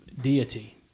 deity